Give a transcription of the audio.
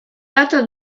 data